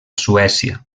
suècia